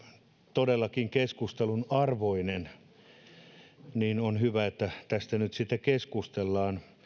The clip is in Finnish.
todellakin keskustelun arvoinen ja on hyvä että tästä nyt keskustellaan